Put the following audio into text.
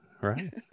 Right